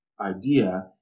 idea